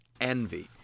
envy